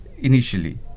Initially